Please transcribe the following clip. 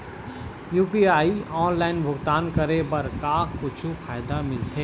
UPI online भुगतान करे बर का कुछू फायदा मिलथे?